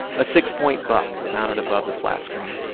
a six-point buck mounted above the flat-screen.